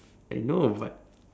I know but